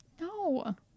No